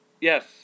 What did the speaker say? Yes